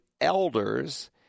elders